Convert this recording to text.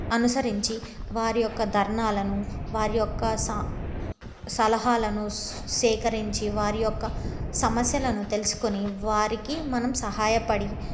అనుసరించి వారి యొక్క ధర్నాలను వారి యొక్క స సలహాలను స్ సేకరించి వారి యొక్క సమస్యలను తెలుసుకొని వారికి మనం సహాయపడి